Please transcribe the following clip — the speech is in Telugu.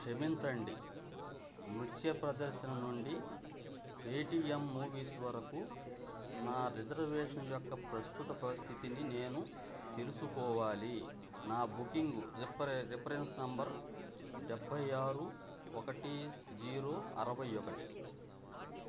క్షమించండి నృత్య ప్రదర్శన నుండి పేటీఎం మూవీస్ వరకు నా రిజర్వేషన్ యొక్క ప్రస్తుత పరిస్థితిని నేను తెలుసుకోవాలి నా బుకింగ్ రిఫరెన్స్ నంబర్ డెబ్బై ఆరు ఒకటి జీరో అరవై ఒకటి